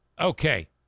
Okay